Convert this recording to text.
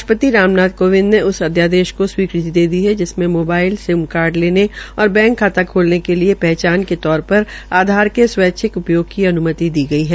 राष्ट्रपति राम नाथ कोविंद ने उस अध्यादेश को स्वीकृति दे दी है जिसमें मोबाइल सिम कार्डस लेने और बैंक खाता खोलने के लिये पहचान के तौर पर आधार पर स्वैच्छिक उपयोग की अन्मति दी गई है